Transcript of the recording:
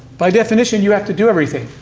by definition, you have to do everything.